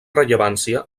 rellevància